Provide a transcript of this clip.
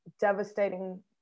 devastating